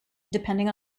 depending